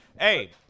Hey